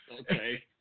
Okay